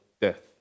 death